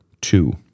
two